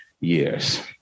years